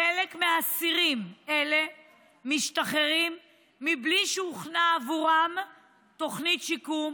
חלק מאסירים אלה משתחררים בלי שהוכנה עבורם תוכנית שיקום,